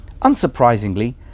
Unsurprisingly